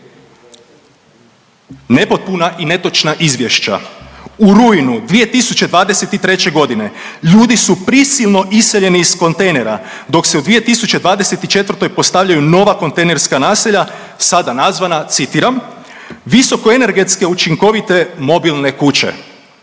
Nepotpuna i netočna izvješća. U rujnu 2023. godine ljudi su prisilno iseljeni iz kontejnera dok se u 2024. postavljaju nova kontejnerska naselja sada nazvana citiram, visokoenergetske učinkovite mobilne kuće.